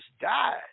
died